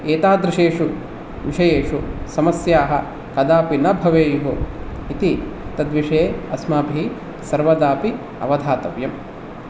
एतादृशेषु विषयेषु समस्याः कदापि न भवेयुः इति तद्विषये अस्माभिः सर्वदापि अवधातव्यम्